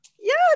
Yes